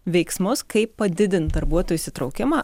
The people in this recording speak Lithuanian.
veiksmus kaip padidint darbuotojų įsitraukimą